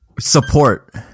Support